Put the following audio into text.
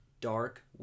dark